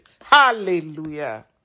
Hallelujah